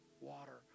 water